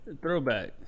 throwback